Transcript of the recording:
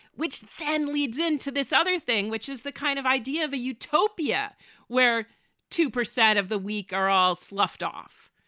which then leads into this other thing, which is the kind of idea of a utopia where two percent of the week are all sloughed off.